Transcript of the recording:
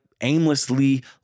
aimlessly